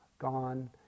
gone